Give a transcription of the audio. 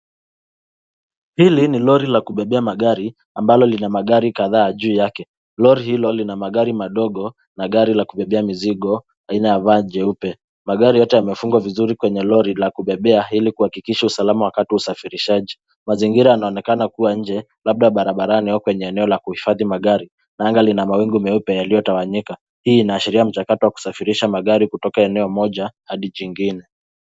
Hili ni lori la kubebea magari ambalo lina magari kadhaa juu yake. Lori hilo lina magari madogo na gari la kubebea mizigo aina ya vaa jeupe. Magari yote yamefungwa vizuri kwenye lori la kubebea ili kuhakikisha usalama wakati wa usafirishaji. Mazingira yanaonekana kuwa nje labda barabarani au kwenye eneo la kuhifadhi magari na anga lina mawingu meupe yaliyotawanyika, hii inaashiria mchakato wa kusafirisha magari kutoka eneo moja hadi jingine.